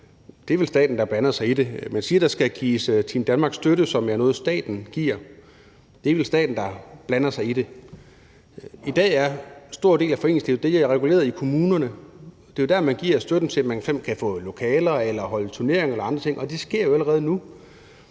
det er vel staten, der blander sig i det. Man siger, at der skal gives Team Danmark-støtte, hvilket er noget, staten giver; det er vel staten, der blander sig i det. I dag er en stor del af foreningslivet reguleret i kommunerne. Det er jo der, man giver støtten til, at man f.eks. kan få lokaler, holde turneringer eller andre ting, og det sker jo allerede nu.